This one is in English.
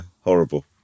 Horrible